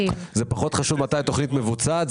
פחות חשוב מתי התוכנית מבוצעת.